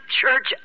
church